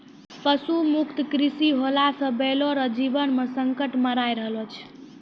पशु मुक्त कृषि होला से बैलो रो जीवन मे संकट मड़राय रहलो छै